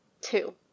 Two